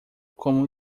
como